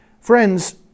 Friends